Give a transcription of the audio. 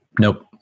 Nope